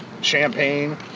champagne